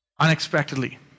unexpectedly